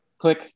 click